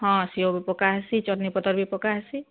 ହଁ ସିଓ ବି ପକା ହେସି ଚଟ୍ନିପତର୍ ବି ପକା ହେସି